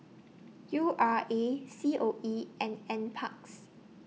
U R A C O E and N Parks